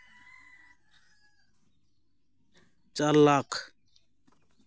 ᱪᱟᱨ ᱞᱟᱠᱷ